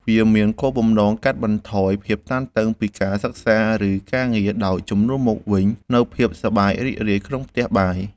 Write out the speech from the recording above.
វាមានគោលបំណងកាត់បន្ថយភាពតានតឹងពីការសិក្សា ឬការងារ ដោយជំនួសមកវិញនូវភាពសប្បាយរីករាយក្នុងផ្ទះបាយ។